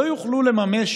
לא יוכלו לממש